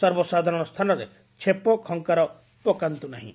ସର୍ବସାଧାରଣ ସ୍ତାନରେ ଛେପ ଖଙ୍କାର ପକାନ୍ତୁ ନାହିଁ